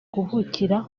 kuvukira